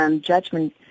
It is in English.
judgment